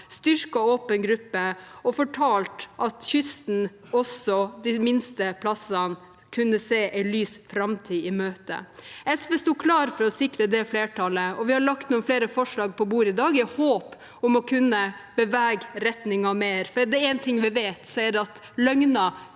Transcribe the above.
styrket åpen gruppe og fortalt at kysten, også de minste plassene, kunne gå en lys framtid i møte. SV sto klar for å sikre det flertallet. Vi har lagt flere forslag på bordet i dag, i håp om å kunne bevege retningen mer, for er det én ting vi vet, er det at løgner